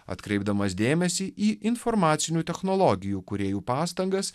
atkreipdamas dėmesį į informacinių technologijų kūrėjų pastangas